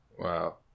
Wow